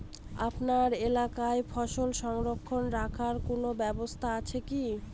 আপনার এলাকায় ফসল সংরক্ষণ রাখার কোন ব্যাবস্থা আছে কি?